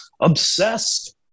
obsessed